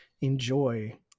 enjoy